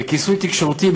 בכיסוי תקשורתי,